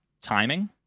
timing